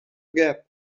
gap